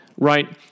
right